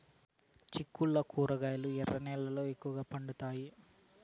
చిక్కుళ్లు కూరగాయలు ఎర్ర నేలల్లో ఎక్కువగా పండుతాయా